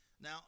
Now